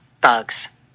Bugs